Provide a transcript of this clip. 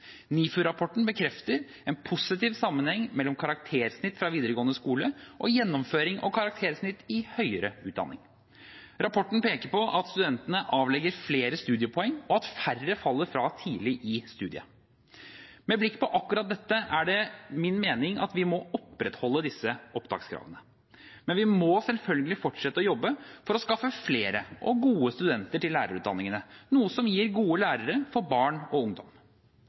bekrefter en positiv sammenheng mellom karaktersnitt fra videregående skole og gjennomføring og karaktersnitt i høyere utdanning. Rapporten peker på at studentene avlegger flere studiepoeng, og at færre faller fra tidlig i studiet. Med blikk på akkurat dette er det min mening at vi må opprettholde disse opptakskravene. Men vi må selvfølgelig fortsette å jobbe for å skaffe flere og gode studenter til lærerutdanningene, noe som gir gode lærere for barn og ungdom.